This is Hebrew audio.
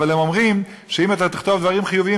אבל הם אומרים שאם אתה תכתוב דברים חיוביים,